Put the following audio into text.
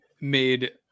made